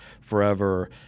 forever